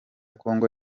kongo